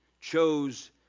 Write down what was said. chose